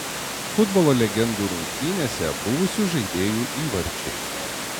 futbolo legendų rungtynėse buvusių žaidėjų įvarčiai